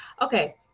okay